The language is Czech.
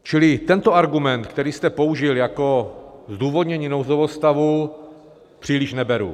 Čili tento argument, který jste použil jako zdůvodnění nouzového stavu, příliš neberu.